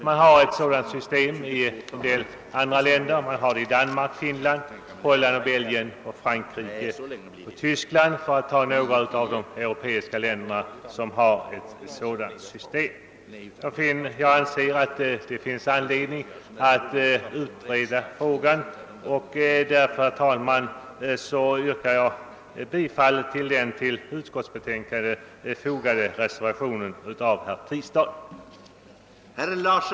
Man har ett sådant system i en del andra länder — Danmark, Finland, Holland, Belgien, Frankrike och Tyskland, för att nämna några europeiska länder som exempel. Jag anser att det finns anledning att utreda frågan, och därför, herr talman, yrkar jag bifall till den till utskottets betänkande fogade reservationen av herr Tistad m.fl.